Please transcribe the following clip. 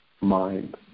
mind